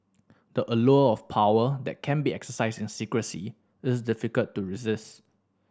the allure of power that can be exercised in secrecy is difficult to resist